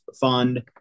fund